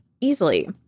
easily